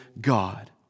God